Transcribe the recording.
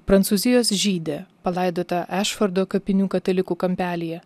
prancūzijos žydė palaidota ešvardo kapinių katalikų kampelyje